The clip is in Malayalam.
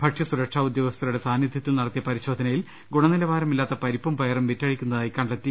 ഭക്ഷ്യസു രക്ഷാ ഉദ്യോഗസ്ഥരുടെ സാന്നിധ്യത്തിൽ നടത്തിയ പരിശോധന യിൽ ഗുണനിലവാരമില്ലാത്ത പരിപ്പും പയറും വിറ്റഴിക്കുന്നതായി കണ്ടെത്തി